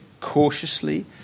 cautiously